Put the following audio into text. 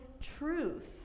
truth